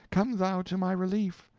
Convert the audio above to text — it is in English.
come thou to my relief.